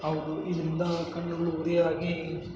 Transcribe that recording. ಹೌದು ಇದರಿಂದ ಕಣ್ಣುಗಳು ಉರಿಯಾಗಿ